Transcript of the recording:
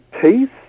peace